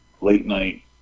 late-night